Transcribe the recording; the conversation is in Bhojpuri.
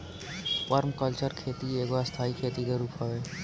पर्माकल्चर खेती एगो स्थाई खेती के रूप हवे